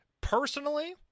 personally